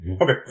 Okay